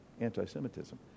anti-Semitism